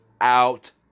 Out